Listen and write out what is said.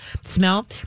smell